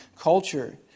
culture